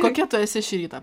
kokia tu esi šį rytą